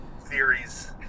theories